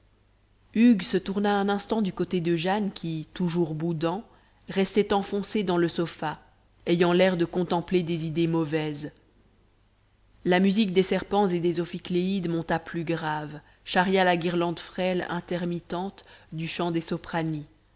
hugues se tourna un instant du côté de jane qui toujours boudant restait enfoncée dans le sofa ayant l'air de contempler des idées mauvaises la musique des serpents et des ophicléides monta plus grave charria la guirlande frêle intermittente du chant des soprani